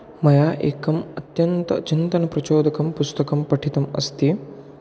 मया एकम् अत्यन्तचिन्तनप्रचोदकं पुस्तकं पठितम् अस्ति